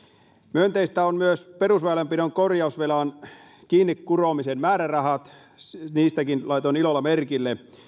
myönteistä on myös perusväylänpidon korjausvelan kiinnikuromisen määrärahat nekin laitoin ilolla merkille